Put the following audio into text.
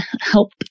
help